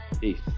Peace